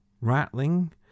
rattling